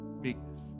Meekness